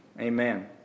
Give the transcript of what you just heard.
Amen